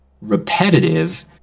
repetitive